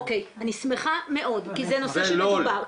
אוקיי, אני שמחה מאוד, כי זה נושא שמדובר.